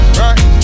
right